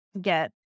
get